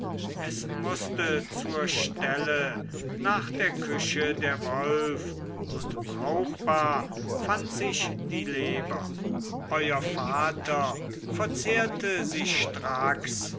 es mußte zur stelle nach der küche der wolf und brauchbar fand sich die leber euer vater verzehrte sie stracks